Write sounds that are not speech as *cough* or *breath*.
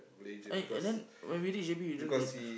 uh and then when we reach J_B we don't reach *breath*